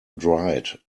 dried